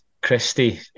Christie